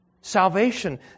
Salvation